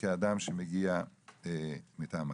כאדם שמגיע מטעם החברה.